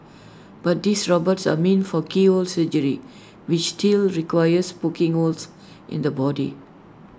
but these robots are meant for keyhole surgery which still requires poking holes in the body